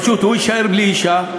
הוא יישאר בלי אישה,